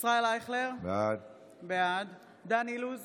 ישראל אייכלר, בעד דן אילוז,